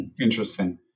Interesting